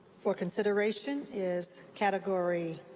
for consideration is category